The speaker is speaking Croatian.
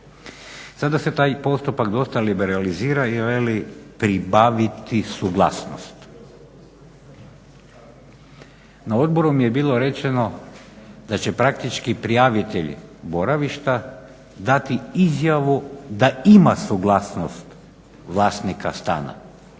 Sada se taj postupak dosta liberalizira i veli pribaviti suglasnost. Na odboru mi je bilo rečeno da će praktički prijavitelj boravišta dati izjavu da ima suglasnost vlasnika stana,